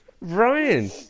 Ryan